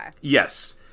Yes